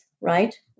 right